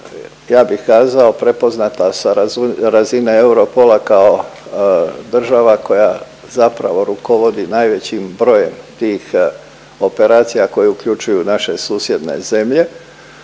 ja bih kazao prepoznata sa razine Europola kao država koja zapravo rukovodi najvećim brojem tih operacija koje uključuju naše susjedne zemlje.